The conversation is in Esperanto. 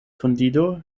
hundido